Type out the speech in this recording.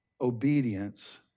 obedience